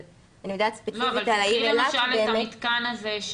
אבל תיקחי למשל את המתקן הזה,